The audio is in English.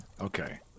Okay